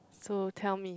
so tell me